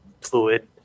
fluid